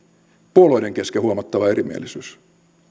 puolueiden kesken huomattava erimielisyys